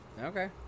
Okay